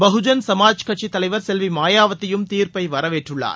பகுஜன் சமாஜ் கட்சித் தலைவர் செல்வி மாயாவதியும் தீர்ப்பை வரவேற்றுள்ளார்